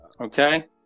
Okay